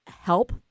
help